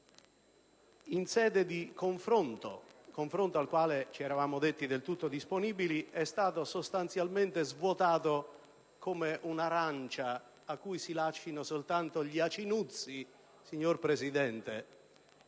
in sede di confronto, al quale ci eravamo detti del tutto disponibili, è stato sostanzialmente svuotato come un'arancia a cui si lascino soltanto gli "acinuzzi", signor Presidente.